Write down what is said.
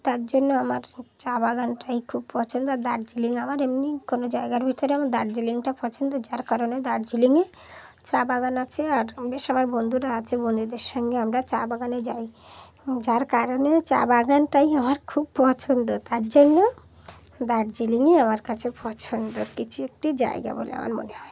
তার জন্য আমার চা বাগানটাই খুব পছন্দ আর দার্জিলিং আমার এমনি কোনো জায়গার ভিতরে আমার দার্জিলিংটা পছন্দ যার কারণে দার্জিলিংয়ে চা বাগান আছে আর বেশ আমার বন্ধুরা আছে বন্ধুদের সঙ্গে আমরা চা বাগানে যাই যার কারণে চা বাগানটাই আমার খুব পছন্দ তার জন্য দার্জিলিংয়ে আমার কাছে পছন্দ কিছু একটি জায়গা বলে আমার মনে হয়